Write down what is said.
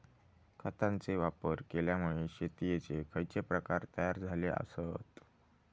खतांचे वापर केल्यामुळे शेतीयेचे खैचे प्रकार तयार झाले आसत?